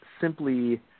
simply